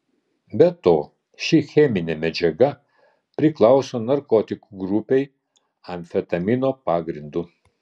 be to ši cheminė medžiaga priklauso narkotikų grupei amfetamino pagrindu